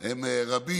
הם רבים,